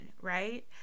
right